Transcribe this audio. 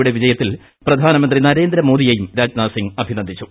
യുടെ വിജയത്തിൽ പ്രധാനമന്ത്രി നരേന്ദ്രമോദിയെയും രാജ്നാഥ് സിംഗ് അഭിനന്ദിച്ചു